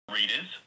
Readers